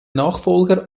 nachfolger